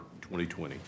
2020